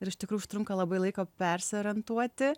ir iš tikrųjų užtrunka labai laiko persiorientuoti